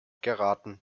geraten